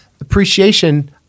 appreciation